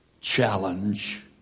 challenge